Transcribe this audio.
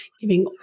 giving